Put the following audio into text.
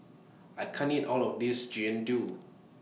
I can't eat All of This Jian Dui